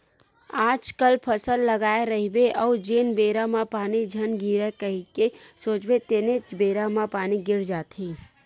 आजकल फसल लगाए रहिबे अउ जेन बेरा म पानी झन गिरय कही के सोचबे तेनेच बेरा म पानी गिर जाथे